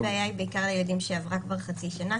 הבעיה היא בעיקר לילדים שעברה כבר חצי שנה,